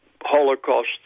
Holocaust